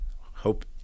hope